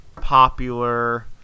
popular